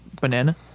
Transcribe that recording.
banana